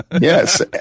Yes